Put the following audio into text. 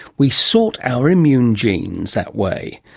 we sort our immune genes that way.